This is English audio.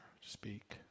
speak